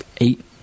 eight